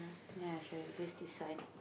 ya i show you this this one